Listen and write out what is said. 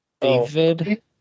David